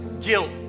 guilt